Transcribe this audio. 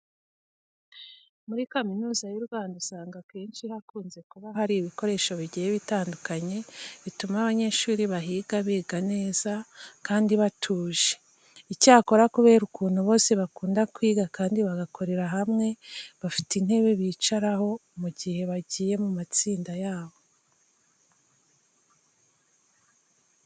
Muri Kaminuza y'u Rwanda usanga akenshi hakunze kuba hari ibikoresho bigiye bitandukanye bituma abanyeshuri bahiga biga neza kandi batuje. Icyakora kubera ukuntu bose bakunda kwiga kandi bagakorera hamwe, bafite intebe bicaraho mu gihe bagiye mu matsinda yabo.